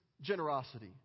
generosity